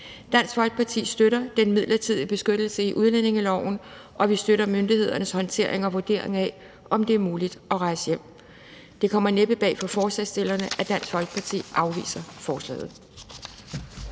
Dansk Folkeparti støtter den midlertidige beskyttelse i udlændingeloven, og vi støtter myndighedernes håndtering og vurdering af, om det er muligt at rejse hjem. Det kommer næppe bag på forslagsstillerne, at Dansk Folkeparti afviser forslaget.